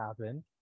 happen